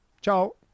Ciao